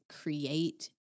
create